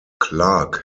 clark